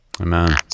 Amen